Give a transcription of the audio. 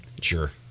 Sure